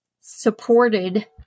supported